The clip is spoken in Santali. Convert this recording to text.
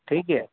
ᱴᱷᱤᱠ ᱜᱮᱭᱟ